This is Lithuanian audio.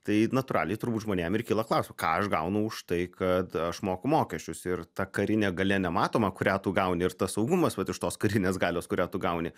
tai natūraliai turbūt žmonėm ir kyla klausimų ką aš gaunu už tai kad aš moku mokesčius ir ta karinė galia nematoma kurią tu gauni ir tas saugumas vat iš tos karinės galios kurią tu gauni